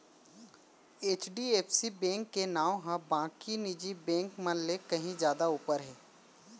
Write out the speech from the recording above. HDFC bank के नांव ह बाकी निजी बेंक मन ले कहीं जादा ऊपर हे